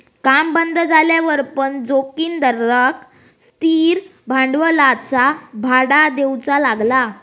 काम बंद झाल्यावर पण जोगिंदरका स्थिर भांडवलाचा भाडा देऊचा लागला